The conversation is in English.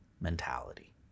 mentality